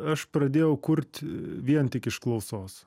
aš pradėjau kurt vien tik iš klausos